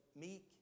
meek